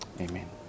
Amen